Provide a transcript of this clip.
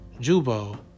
Jubo